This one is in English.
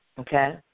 Okay